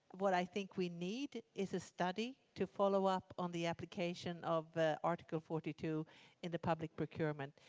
what i think we need is a study to follow up on the application of article forty two in the public procurement.